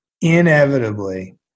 inevitably